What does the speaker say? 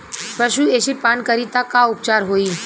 पशु एसिड पान करी त का उपचार होई?